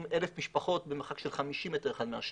1,000 משפחות במרחק של 50 מטר אחת מהשנייה.